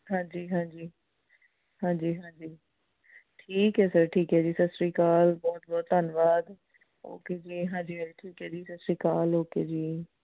ਹਾਂਜੀ ਹਾਂਜੀ ਹਾਂਜੀ ਹਾਂਜੀ ਠੀਕ ਹੈ ਸਰ ਠੀਕ ਹੈ ਜੀ ਸਤਿ ਸ਼੍ਰੀ ਅਕਾਲ ਬਹੁਤ ਬਹੁਤ ਧੰਨਵਾਦ ਓਕੇ ਜੀ ਹਾਂਜੀ ਠੀਕ ਹੈ ਜੀ ਸਤਿ ਸ਼੍ਰੀ ਅਕਾਲ ਓਕੇ ਜੀ